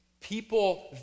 People